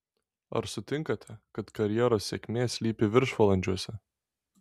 ar sutinkate kad karjeros sėkmė slypi viršvalandžiuose